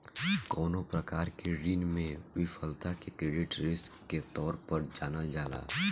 कवनो प्रकार के ऋण में विफलता के क्रेडिट रिस्क के तौर पर जानल जाला